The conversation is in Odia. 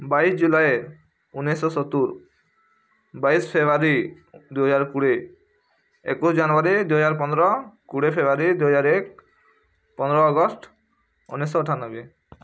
ବାଇଶ ଜୁଲାଇ ଉନେଇଶହ ସତୁରି ବାଇଶ ଫେବୃଆରୀ ଦୁଇ ଦୁଇ ହଜାର କୋଡ଼ିଏ ଏକୋଇଶ ଜାନୁଆରୀ ଦୁଇ ହଜାର ପନ୍ଦର କୋଡ଼ିଏ ଫେବୃଆରୀ ଦୁଇ ହଜାର ଏକ ପନ୍ଦର ଅଗଷ୍ଟ ଉନେଇଶହ ଅଠାନବେ